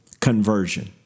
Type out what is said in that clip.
conversion